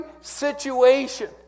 situation